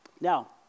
Now